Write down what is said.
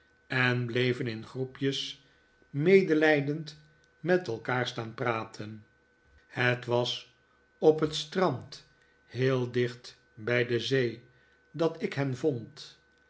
en bleven in groepjes medelijdend met elkaar staan praten het was op het strand heel dicht bij de zee dat ik hen vond